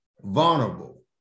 vulnerable